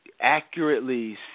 Accurately